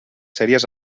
sèries